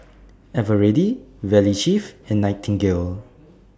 Eveready Valley Chef and Nightingale